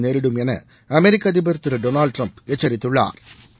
நேரிடும் என அமெரிக்க அதிபர் திரு டொனால்டு டிரம்ப் எச்சரித்துள்ளாா்